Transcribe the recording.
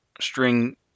string